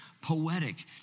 poetic